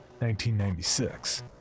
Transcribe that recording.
1996